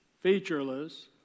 featureless